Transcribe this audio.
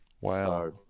Wow